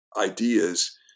ideas